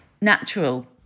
natural